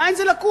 מאין זה לקוח?